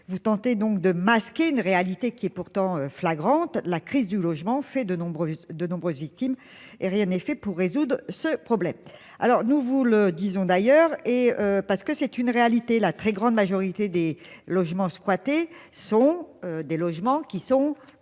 vous tentez donc de masquer une réalité qui est pourtant flagrante la crise du logement fait de nombreuses, de nombreuses victimes et rien n'est fait pour résoudre ce problème. Alors nous vous le disons d'ailleurs et parce que c'est une réalité, la très grande majorité des logements squattés sont des logements qui sont.